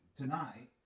tonight